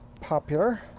popular